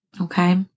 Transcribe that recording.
Okay